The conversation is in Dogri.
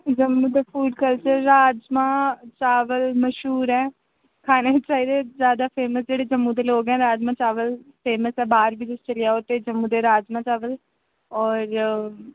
जम्मू दा फ़ूड कल्चर राजमां चावल मश्हूर ऐ खाने चाहिदे ज्यादा फेमस जेह्ड़े जम्मू दे लोक ऐ राजमां चावल फेमस ऐ बाह्र बी तुस चली जाओ ते जम्मू दे राजमां चावल होर